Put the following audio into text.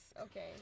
Okay